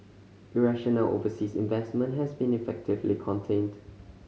irrational overseas investment has been effectively contained